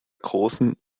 großen